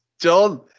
John